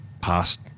past